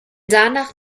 danach